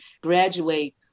graduate